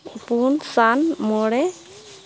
ᱯᱩᱱ ᱥᱟᱱ ᱢᱚᱬᱮ